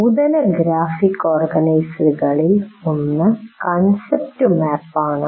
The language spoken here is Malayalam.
നൂതന ഗ്രാഫിക് ഓർഗനൈസറുകളിൽ ഒന്ന് കൺസെപ്റ്റ് മാപ്പ് ആണ്